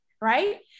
right